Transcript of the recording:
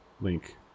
Link